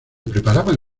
preparaban